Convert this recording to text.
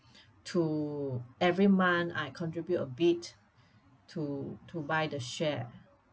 to every month I contribute a bit to to buy the share